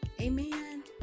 Amen